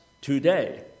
today